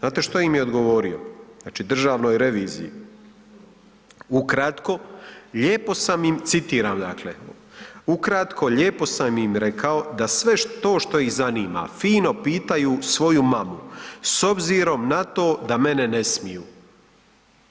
Znate što im je odgovorio, znači Državnoj reviziji, ukratko lijepo sam im, citiram dakle: „Ukratko lijepo sam im rekao da sve to što ih zanima fino pitaju svoju mamu, s obzirom na to da mene ne smiju.“